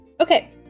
Okay